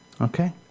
Okay